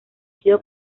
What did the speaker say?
sido